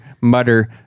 mutter